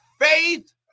faith